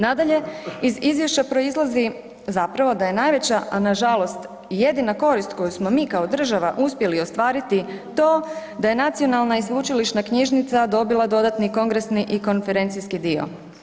Nadalje, iz izvješća proizlazi zapravo da je najveća, a nažalost i jedina korist koju smo mi kao država uspjeli ostvariti to da je nacionalna i sveučilišna knjižnica dobila dodatni kongresni i konferencijski dio.